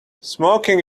smoking